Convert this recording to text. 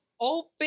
open